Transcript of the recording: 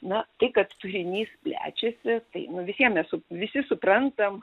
na tai kad turinys plečiasi tai visiem mes su visi suprantam